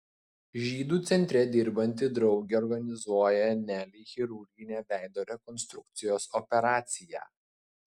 žydų centre dirbanti draugė organizuoja nelei chirurginę veido rekonstrukcijos operaciją